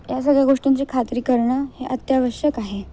या सगळ्या गोष्टींची खात्री करणं हे अत्यावश्यक आहे